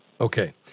Okay